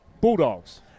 Bulldogs